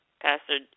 Pastor